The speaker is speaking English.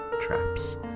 Traps